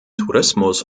tourismus